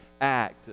act